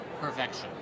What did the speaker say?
Perfection